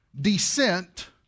descent